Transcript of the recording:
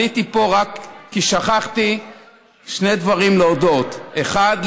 עליתי פה רק כי שכחתי על שני דברים להודות: אחד,